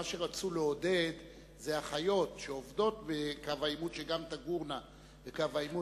שמה שרצו לעודד זה שאחיות שעובדות בקו העימות גם תגורנה בקו העימות.